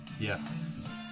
Yes